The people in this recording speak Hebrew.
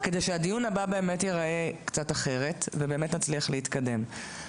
כדי שהדיון הבא באמת ייראה קצת אחרת ושבאמת נצליח להתקדם.